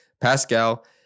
Pascal